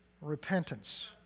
repentance